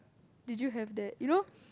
did you have that you know